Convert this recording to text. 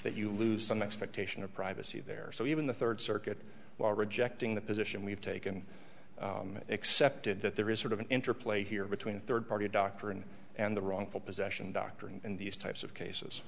that you lose some expectation of privacy there so even the third circuit while rejecting the position we've taken excepted that there is sort of an interplay here between third party doctrine and the wrongful possession doctor and these types of cases